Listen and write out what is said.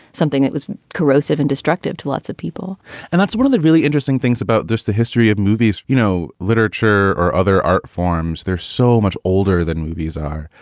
something that was corrosive and destructive to lots of people and that's one of the really interesting things about this, the history of movies. you know, literature or other art forms, there's so much older than movies are.